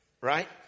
right